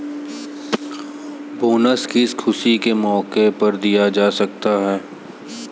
bonus किसी खुशी के मौके पर दिया जा सकता है